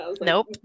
Nope